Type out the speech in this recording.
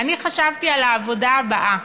אני חשבתי על העבודה הבאה.